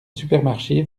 supermarché